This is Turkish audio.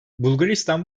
bulgaristan